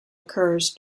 occurs